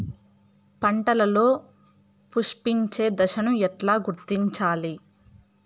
పంటలలో పుష్పించే దశను ఎట్లా గుర్తించాలి?